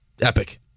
epic